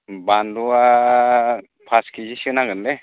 बानलुआ फास किजिसो नांगोन लै